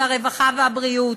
הרווחה והבריאות,